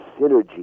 synergy